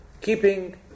keeping